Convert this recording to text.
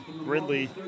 Ridley